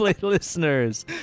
listeners